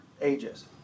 ages